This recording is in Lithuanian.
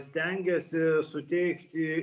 stengiasi suteikti